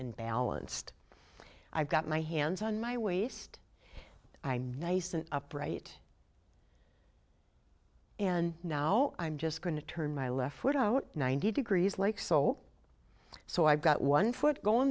and balanced i've got my hands on my waist i'm nice an upright and now i'm just going to turn my left foot out ninety degrees like soul so i've got one foot going